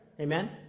Amen